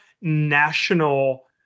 national